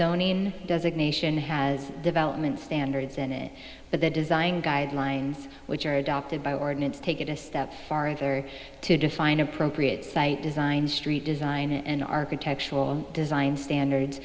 zoning does it nation has development standards in it but the design guidelines which are adopted by ordinance take it a step farther to define appropriate site design street design an architectural design standards